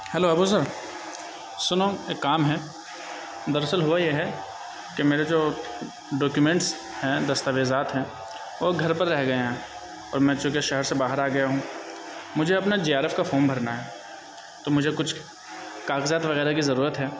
hello ابو ذر سنو ایک کام ہے دراصل ہوا یہ ہے کہ میرے جو ڈاکیومینٹس ہیں دستاویزات ہیں وہ گھر پر رہ گئے ہیں اور میں چونکہ شہر سے باہر آ گیا ہوں مجھے اپنا جے آر ایف کا فام بھرنا ہے تو مجھے کچھ کاغذات وغیرہ کی ضرورت ہے